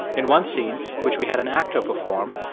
in one scene, which we had an actor perform,